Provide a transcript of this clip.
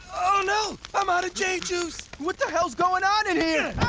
no! i'm out of jay juice! what the hell's going on in here?